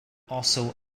also